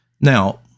Now